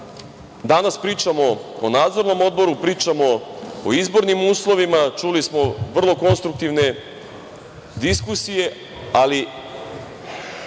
danas pričamo o Nadzornom odboru, pričamo o izbornim uslovima, čuli smo vrlo konstruktivne diskusije, ali